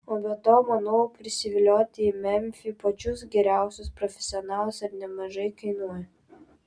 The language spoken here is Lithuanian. o be to manau prisivilioti į memfį pačius geriausius profesionalus ir nemažai kainuoja